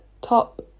top